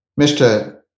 Mr